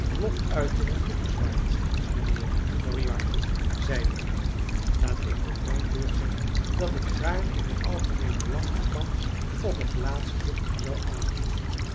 loftuitingen toegezwaaid mijnheer moriarty zeide ik laat ik op mijn beurt zeggen dat ik gaarne in t algemeen belang de kans op het laatste zou aannemen